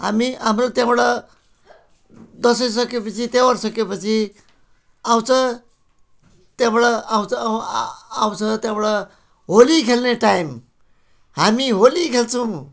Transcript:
हामी हाम्रो त्यहाँबाट दसैँ सकिएपछि त्यौहार सकिएपछि आउँछ त्यहाँबाट आउँछ आउँछ त्यहाँबाट होली खेल्ने टाइम हामी होली खेल्छौँ